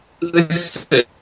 listen